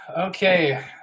Okay